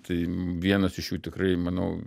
tai vienas iš jų tikrai manau